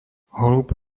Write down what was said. holub